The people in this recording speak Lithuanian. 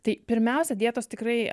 tai pirmiausia dietos tikrai